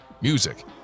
music